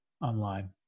online